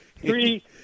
three